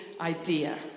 idea